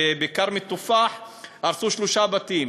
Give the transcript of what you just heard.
בכרם-אלתופאח הרסו שלושה בתים.